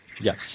Yes